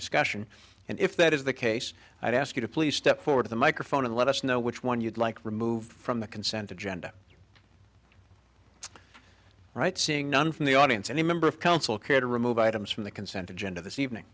discussion and if that is the case i'd ask you to please step forward the microphone and let us know which one you'd like remove from the consent agenda right seeing none from the audience any member of council could remove items from the consent agenda this evening